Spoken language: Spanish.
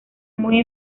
muy